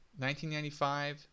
1995